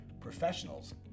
professionals